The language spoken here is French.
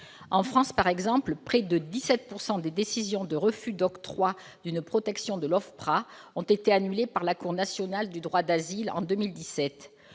En France, par exemple, près de 17 % des décisions de refus d'octroi d'une protection de l'OFPRA ont été annulées par la Cour nationale du droit d'asile en 2017.